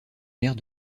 mère